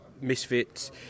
misfits